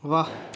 ਵਾਹੁ